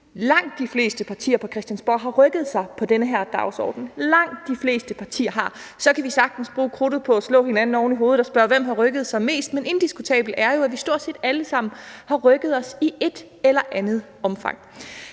langt de fleste partier på Christiansborg har rykket sig på den her dagsorden – det har langt de fleste partier gjort. Så vi kan sagtens bruge krudtet på at slå hinanden oven i hovedet og spørge, hvem der har rykket sig mest, men det er jo indiskutabelt, at vi stort set alle sammen har rykket os i et eller andet omfang.